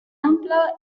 ampla